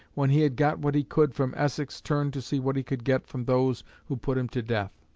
when he had got what he could from essex, turned to see what he could get from those who put him to death.